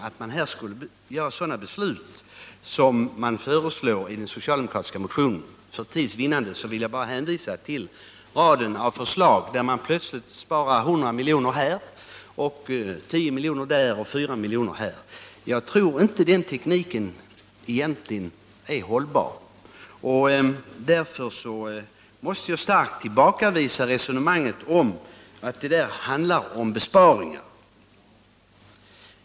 Socialdemokraterna föreslår alltså att riksdagen skall fatta beslut i enlighet med dessa yrkanden! För tids vinnande vill jag bara hänvisa till raden av förslag, där man plötsligt vill spara 100 miljoner här, 10 miljoner här och 4 miljoner där. Jag tror inte att den tekniken egentligen är hållbar. Därför måste jag starkt tillbakavisa resonemanget att det hela handlar om besparingar.